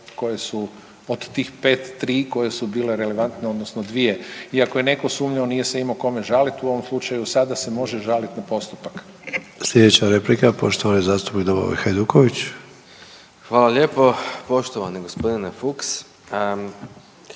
koje su od tih pet, tri koje su bile relevantne odnosno dvije i ako je neko sumnjao nije se imao kome žalit u ovom slučaju sada se može žaliti na postupak. **Sanader, Ante (HDZ)** Sljedeća replika poštovani zastupnik Domagoj Hajduković. **Hajduković, Domagoj